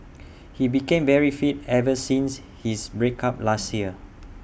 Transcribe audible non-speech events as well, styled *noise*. *noise* he became very fit ever since his break up last year